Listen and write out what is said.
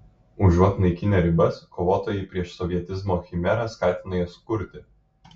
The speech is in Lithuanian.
užuot naikinę ribas kovotojai prieš sovietizmo chimerą skatina jas kurti